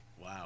Wow